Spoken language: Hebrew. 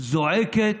זועקת